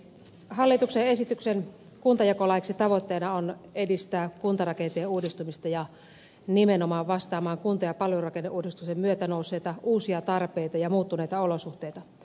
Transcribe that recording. hallituksen esityksen kuntajakolaiksi tavoitteena on edistää kuntarakenteen uudistumista ja nimenomaan vastaamaan kunta ja palvelurakenneuudistuksen myötä nousseita uusia tarpeita ja muuttuneita olosuhteita